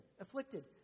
afflicted